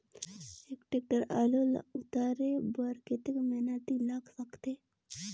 एक टेक्टर आलू ल उतारे बर कतेक मेहनती लाग सकथे?